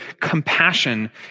compassion